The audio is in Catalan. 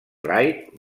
reich